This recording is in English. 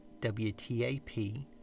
WTAP